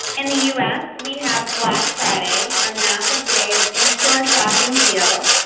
in the us we have black friday, a massive day of in-store shopping deals.